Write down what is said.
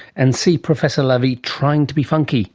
and see professor lavie trying to be funky